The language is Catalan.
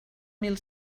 mil